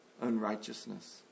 unrighteousness